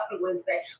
Wednesday